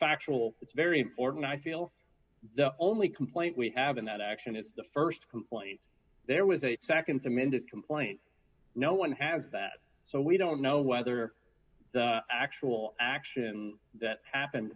factual it's very important i feel the only complaint we have in that action is the st complaint there was a nd amended complaint no one has that so we don't know whether the actual action that happened